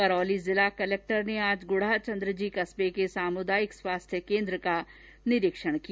करौली जिला कलक्टर ने आज गुढ़ाचन्द्रजी कस्बे के सामुदायिक स्वास्थ्य केन्द्र का निरीक्षण किया